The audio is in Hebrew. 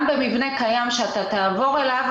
גם במבנה קיים שתעבור אליו,